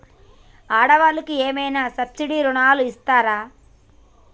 ఆడ వాళ్ళకు ఏమైనా సబ్సిడీ రుణాలు ఇస్తారా?